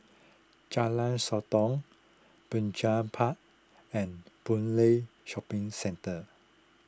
Jalan Sotong Binjai Park and Boon Lay Shopping Centre